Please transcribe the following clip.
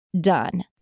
done